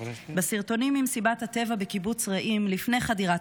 בסרטונים ממסיבת הטבע בקיבוץ רעים לפני חדירת